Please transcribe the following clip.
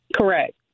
Correct